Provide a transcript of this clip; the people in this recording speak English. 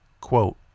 Quote